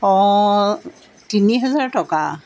অঁ তিনি হেজাৰ টকা